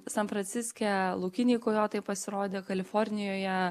san franciske laukiniai kojotai pasirodė kalifornijoje